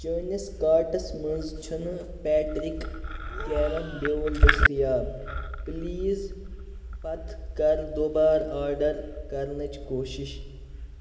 چٲنِس کارٹَس منٛز چھُنہٕ پیٹرِک کیلَن بیول دٔسیتاب پٕلیٖز پَتہٕ کر دوبارٕ آرڈر کَرنٕچ کوٗشش